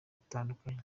gutandukanya